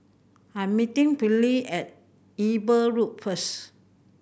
I'm meeting Finley at Eber Road first